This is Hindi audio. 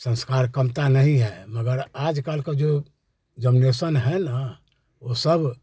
संस्कार कमता नहीं है मगर आजकल का जो जनरेशन हैना वो सब